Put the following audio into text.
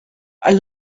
are